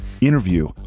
interview